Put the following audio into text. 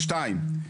שניים,